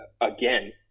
again